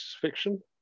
fiction